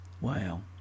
Wow